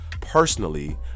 Personally